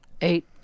Eight